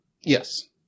Yes